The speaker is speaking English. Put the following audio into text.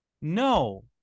No